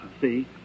see